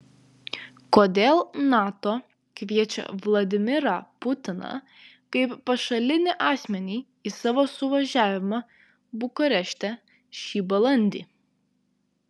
kodėl nato kviečia vladimirą putiną kaip pašalinį asmenį į savo suvažiavimą bukarešte šį balandį